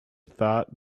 thought